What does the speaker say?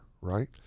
right